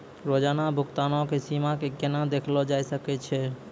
रोजाना भुगतानो के सीमा के केना देखलो जाय सकै छै?